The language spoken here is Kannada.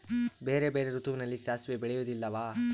ಬೇರೆ ಬೇರೆ ಋತುವಿನಲ್ಲಿ ಸಾಸಿವೆ ಬೆಳೆಯುವುದಿಲ್ಲವಾ?